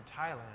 Thailand